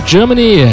Germany